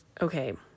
Okay